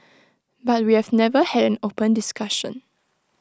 but we have never had an open discussion